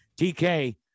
TK